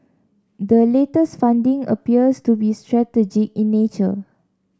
the latest funding appears to be strategic in nature